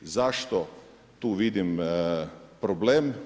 Zašto tu vidim problem?